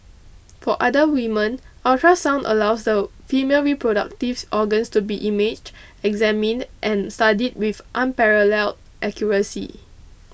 for other women ultrasound allows the female reproductive organs to be imaged examined and studied with unparalleled accuracy